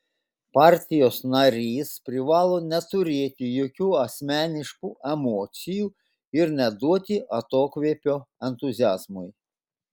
partijos narys privalo neturėti jokių asmeniškų emocijų ir neduoti atokvėpio entuziazmui